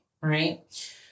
right